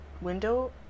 window